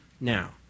now